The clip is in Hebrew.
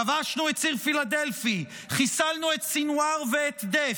כבשנו את ציר פילדלפי, חיסלנו את סנוואר ואת דף.